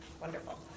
Wonderful